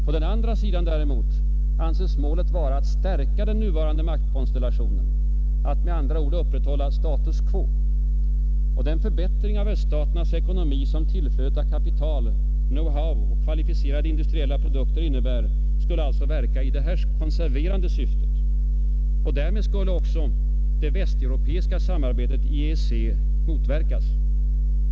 På den andra sidan däremot anses målet vara att stärka den nuvarande maktkonstellationen, att med andra ord upprätthålla status quo. Den förbättring av öststaternas ekonomi som tillflödet av kapital, know-how och kvalificerade industriella produkter innebär skulle alltså verka i det här konserverande syftet. Och därmed skulle också det västeuropeiska samarbetet i EEC motverkas.